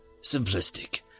simplistic